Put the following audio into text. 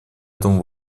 этому